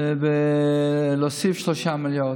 ולהוסיף 3 מיליארד.